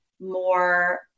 more